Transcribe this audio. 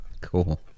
Cool